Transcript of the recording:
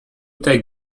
take